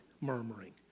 murmuring